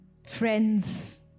friends